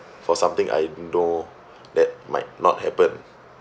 for something I d~ know that might not happen